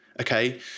okay